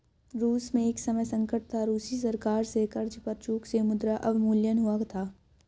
रूस में एक समय संकट था, रूसी सरकार से कर्ज पर चूक से मुद्रा अवमूल्यन हुआ था